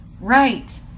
Right